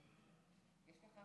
כנסת נכבדה, אנחנו חיים בתקופה מוזרה.